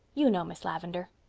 you know, miss lavendar.